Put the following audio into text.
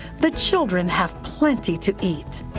the children have plenty to eat.